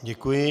Děkuji.